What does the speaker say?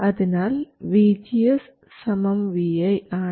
അതിനാൽ vGS vi ആണ്